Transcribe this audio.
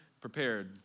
prepared